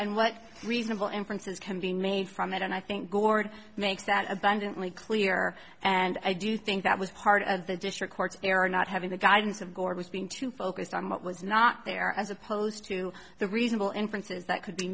and what reasonable inferences can be made from it and i think gord makes that abundantly clear and i do think that was part of the district court's error not having the guidance of gore was being too focused on what was not there as opposed to the reasonable inferences that could be